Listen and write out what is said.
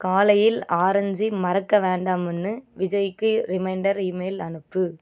காலையில் ஆரஞ்சு மறக்க வேண்டாமுன்னு விஜய்க்கு ரிமைண்டர் ஈமெயில் அனுப்பு